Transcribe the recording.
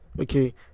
Okay